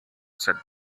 said